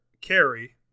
carry